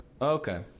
okay